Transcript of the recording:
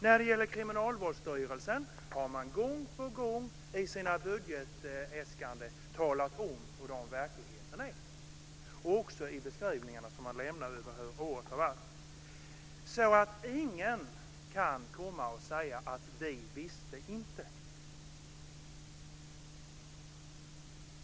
När det gäller Kriminalvårdsstyrelsen har man gång på gång i sina budgetäskanden talat om hurdan verkligheten är, också i beskrivningarna som man lämnar av hur året har varit. Ingen kan alltså komma och säga: Vi visste inget.